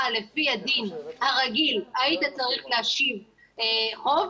לפי הדין הרגיל היית צריך להשיב חוב,